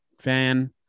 fan